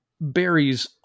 berries